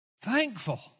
Thankful